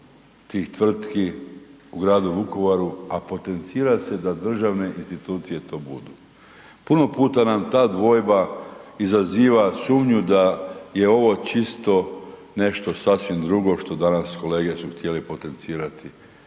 tih tvrtki u gradu Vukovaru, a potencira se da državne institucije to budu. Puno puta nam ta dvojba izaziva sumnju da je ovo čisto nešto sasvim drugo što danas kolege su htjeli potencirati,